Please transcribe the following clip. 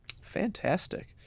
Fantastic